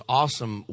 awesome